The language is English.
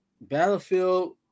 Battlefield